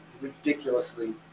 ridiculously